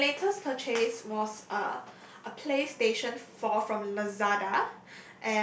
yes my latest purchase was uh a PlayStation Four from Lazada